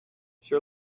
sure